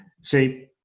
see